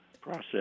process